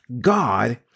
God